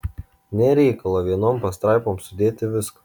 nėr reikalo vienon pastraipon sudėti visko